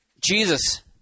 Jesus